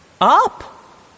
Up